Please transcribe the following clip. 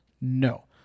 No